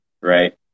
right